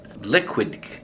liquid